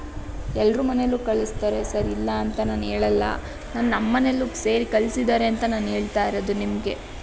ಎಲ್ಲರ ಮನೇಲೂ ಕಲಿಸ್ತಾರೆ ಸರ್ ಇಲ್ಲ ಅಂತ ನಾನೇಳಲ್ಲ ನಾನು ನಮ್ಮ ಮನೆಯಲ್ಲೂ ಸೇರಿ ಕಲಿಸಿದ್ದಾರೆ ಅಂತ ನಾನೇಳ್ತಾ ಇರೋದು ನಿಮಗೆ